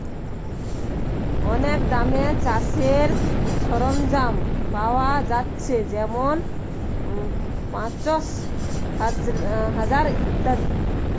অনেক দামে চাষের সরঞ্জাম পায়া যাচ্ছে যেমন পাঁচশ, হাজার ইত্যাদি